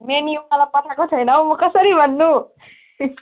menu मलाई पठाएको छैन हो म कसरी भन्नु